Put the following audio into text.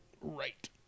Right